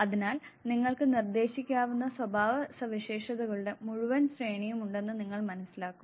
അതിനാൽ നിങ്ങൾക്ക് നിർദ്ദേശിക്കാവുന്ന സ്വഭാവസവിശേഷതകളുടെ മുഴുവൻ ശ്രേണിയും ഉണ്ടെന്ന് നിങ്ങൾ മനസ്സിലാക്കും